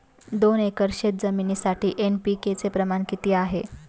दोन एकर शेतजमिनीसाठी एन.पी.के चे प्रमाण किती आहे?